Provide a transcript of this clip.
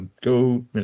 go